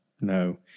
no